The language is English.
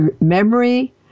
memory